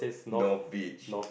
north beach